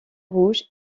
rouge